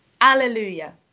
Alleluia